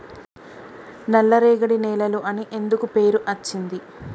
నల్లరేగడి నేలలు అని ఎందుకు పేరు అచ్చింది?